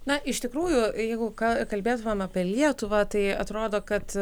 na iš tikrųjų jeigu ką kalbėtumėme apie lietuvą tai atrodo kad